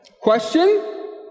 Question